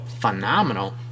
phenomenal